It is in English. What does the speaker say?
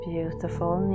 beautiful